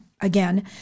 again